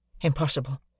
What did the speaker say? Impossible